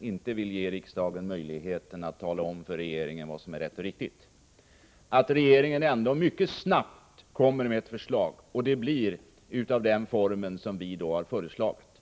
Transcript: inte vill ge riksdagen möjlighet att tala om för regeringen vad som är rätt och riktigt, hoppas jag att regeringen ändå mycket snabbt kommer med ett förslag och att det blir i den form som vi har förordat.